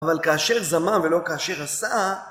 אבל כאשר זמם, ולא כאשר עשה...